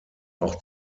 auch